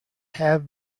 have